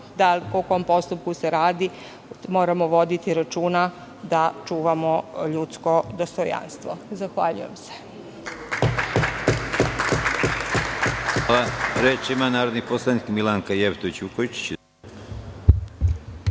o kom postupku se radi moramo voditi računa da čuvamo ljudsko dostojanstvo. Zahvaljujem se.